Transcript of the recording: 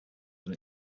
than